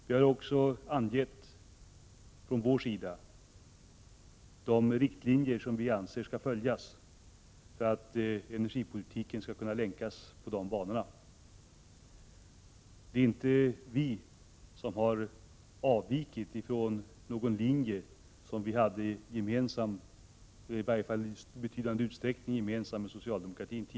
Vi har från folkpartiets sida angett de riktlinjer som vi anser skall följas för att energipolitiken skall kunna länkas in på de banorna. Det är inte vi som har avvikit från en linje som vi tidigare i betydande grad hade gemensam med socialdemokratin.